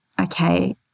okay